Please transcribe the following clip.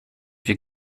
wir